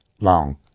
long